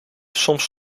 soms